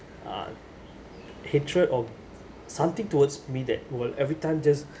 uh hatred or something towards me that will every time just